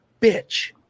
bitch